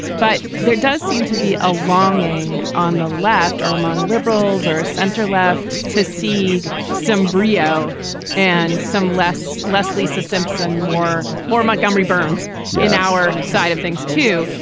but there does seem to be a longing on the left or among liberals or a center left to see some breo and some less. leslie so simpson, more, more. montgomery burns yeah on our side of things, too.